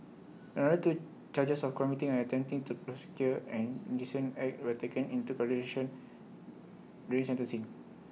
another two charges of committing and attempting to procure an indecent act were taken into consideration during sentencing